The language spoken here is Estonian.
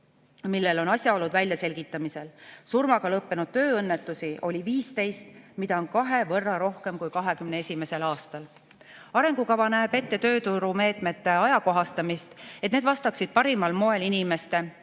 mille asjaolud on veel väljaselgitamisel. Surmaga lõppenud tööõnnetusi oli 15, seda on kahe võrra rohkem kui 2021. aastal. Arengukava näeb ette tööturumeetmete ajakohastamist, et need vastaksid parimal moel inimeste,